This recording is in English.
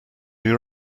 your